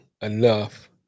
enough